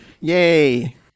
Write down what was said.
Yay